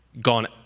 gone